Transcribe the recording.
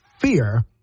fear